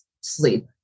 sleep